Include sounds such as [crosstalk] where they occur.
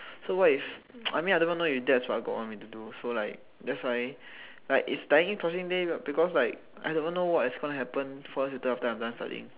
so what if [noise] I mean I don't even know if that what god want me to do so like that's why like is die with each passing day because like I don't even know what's gonna happen four years after I am done studying